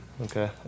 Okay